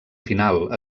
final